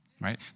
Right